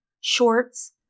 shorts